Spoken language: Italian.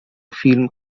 film